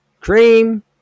cream